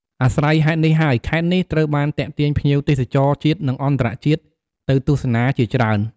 អាស្រ័យហេតុនេះហើយ ខេត្តនេះត្រូវបានទាក់ទាញភ្ញៀវទេសចរជាតិ និងអន្តរជាតិទៅទស្សនាជាច្រើន។